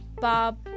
Bob